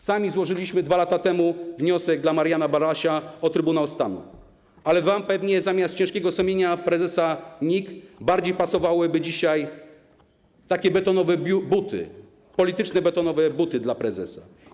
Sami złożyliśmy 2 lata temu wniosek o Trybunał Stanu dla Mariana Banasia, ale wam pewnie zamiast ciężkiego sumienia prezesa NIK bardziej pasowałyby dzisiaj takie betonowe buty, polityczne betonowe buty dla prezesa.